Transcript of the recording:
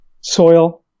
soil